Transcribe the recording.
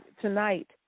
tonight